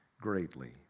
greatly